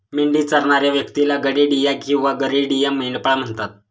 मेंढी चरणाऱ्या व्यक्तीला गडेडिया किंवा गरेडिया, मेंढपाळ म्हणतात